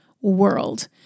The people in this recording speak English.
world